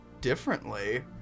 differently